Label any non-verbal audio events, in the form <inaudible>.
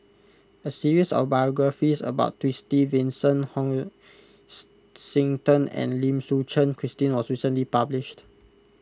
a series of biographies about Twisstii Vincent <unintelligible> and Lim Suchen Christine was recently published